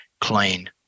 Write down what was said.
clean